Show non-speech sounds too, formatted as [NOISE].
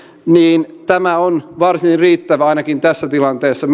niin tämä on varsin riittävä määrittelynä ainakin tässä tilanteessa [UNINTELLIGIBLE]